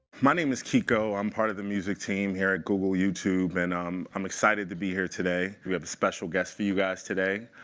my name is kiko. i'm part of the music team here at google youtube. and um i'm excited to be here today. we have a special guest for you guys today,